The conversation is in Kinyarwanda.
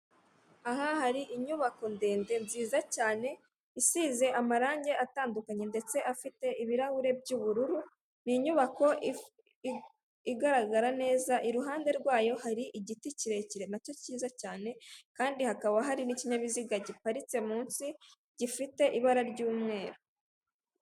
Aha hari inyubako ndende nziza cyane isize amarange atandukanye ndetse afite ibirahure by'ubururu ni inyubako igaragara neza iruhande rwayo hari igiti kirekire nacyo kiza cyane kandi hakaba hari n'ikinyabiziga giparitse mu nsi gifite ibara ry'umweru.